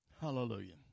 Hallelujah